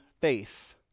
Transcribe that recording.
faith